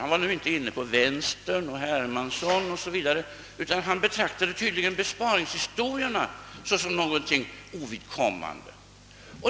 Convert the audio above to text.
Han talade inte längre om vänstern och om herr Hermanssons parti utan betraktade tydligen besparingarna som någonting ovidkommande.